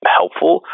helpful